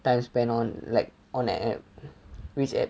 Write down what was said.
time spent on like on an app which app